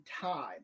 time